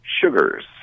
sugars